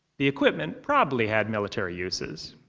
the equipment probably had military uses.